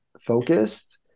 focused